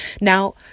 Now